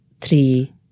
three